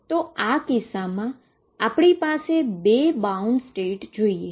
તો આ કિસ્સામા આપણી પાસે બે બાઉન્ડ સ્ટેટ જોઈએ